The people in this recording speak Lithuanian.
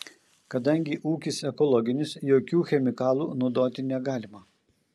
kadangi ūkis ekologinis jokių chemikalų naudoti negalima